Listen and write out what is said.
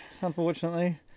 Unfortunately